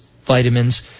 vitamins